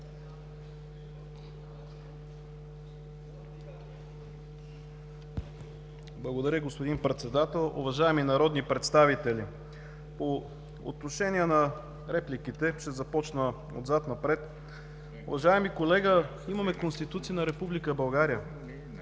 Благодаря, господин Председател. Уважаеми народни представители, по отношение на репликите ще започна отзад напред. Уважаеми колега, имаме Конституция на Република България,